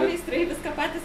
meistrai viską patys